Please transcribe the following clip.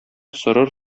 сорыр